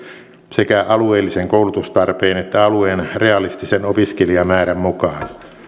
sekä alueellisen koulutustarpeen että alueen realistisen opiskelijamäärän mukaan